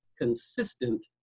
consistent